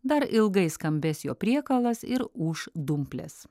dar ilgai skambės jo priekalas ir ūš dumplės